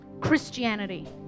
Christianity